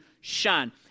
shine